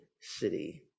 city